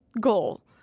goal